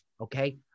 Okay